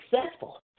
successful